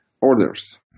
orders